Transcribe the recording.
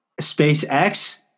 SpaceX